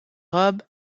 robes